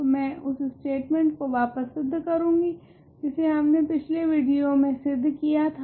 तो मैं उस स्टेटमेंट को वापस सिद्ध करूंगी जिसे हमने पिछले विडियो मे सिद्ध किया था